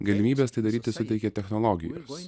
galimybes tai daryti suteikė technologijos